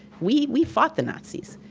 we we fought the nazis.